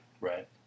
Right